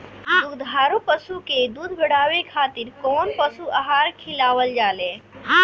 दुग्धारू पशु के दुध बढ़ावे खातिर कौन पशु आहार खिलावल जाले?